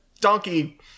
donkey